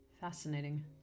Fascinating